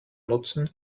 nutzen